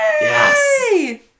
Yes